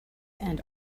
and